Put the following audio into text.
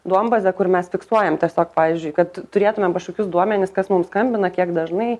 duombazę kur mes fiksuojam tiesiog pavyzdžiui kad turėtumėm kažkokius duomenis kas mums skambina kiek dažnai